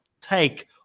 take